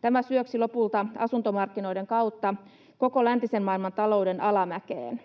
Tämä syöksi lopulta asuntomarkkinoiden kautta koko läntisen maailman talouden alamäkeen.